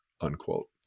unquote